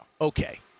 Okay